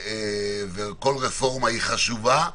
וכל רפורמה היא חשובה.